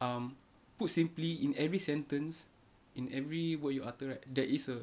um put simply in every sentence in every word you utter right there is a